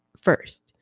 first